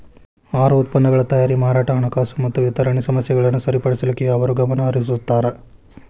ಆಹಾರ ಉತ್ಪನ್ನಗಳ ತಯಾರಿ ಮಾರಾಟ ಹಣಕಾಸು ಮತ್ತ ವಿತರಣೆ ಸಮಸ್ಯೆಗಳನ್ನ ಸರಿಪಡಿಸಲಿಕ್ಕೆ ಅವರು ಗಮನಹರಿಸುತ್ತಾರ